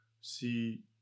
see